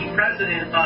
president